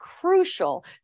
crucial